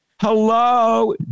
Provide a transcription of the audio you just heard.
Hello